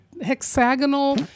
hexagonal